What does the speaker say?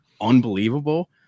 unbelievable